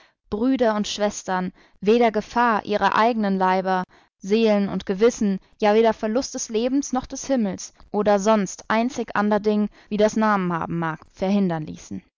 brüder und schwestern weder gefahr ihrer eigenen leiber seelen und gewissen ja weder verlust des lebens noch des himmels oder sonst einzig ander ding wie das namen haben mag verhindern ließen